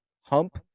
hump